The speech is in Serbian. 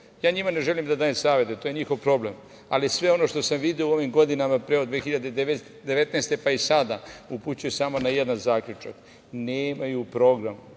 njima ne želim da dajem savet, to je njihov problem, ali sve ono što sam video u ovim godinama, od 2019. godine, pa i sada, upućuju samo na jedan zaključak – nemaju program.